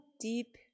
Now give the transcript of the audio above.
deep